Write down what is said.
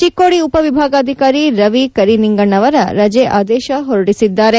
ಚಿಕ್ಕೋಡಿ ಉಪ ವಿಭಾಗಾಧಿಕಾರಿ ರವಿ ಕರಿನಿಂಗಣ್ಣವರ ರಜೆ ಆದೇಶ ಹೊರಡಿಸಿದ್ದಾರೆ